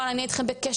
וואי נהיה איתכם בקשר,